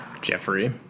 Jeffrey